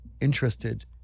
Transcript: interested